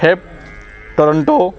fifth Toronto